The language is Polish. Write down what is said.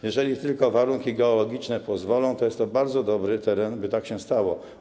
Jeżeli tylko warunki geologiczne pozwolą, to będzie to bardzo dobry teren, by tak się stało.